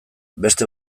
beste